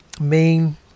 main